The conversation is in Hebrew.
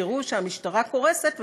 תזכרו שהמשטרה קורסת,